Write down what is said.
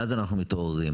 ואז אנחנו מתעוררים.